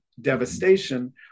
Devastation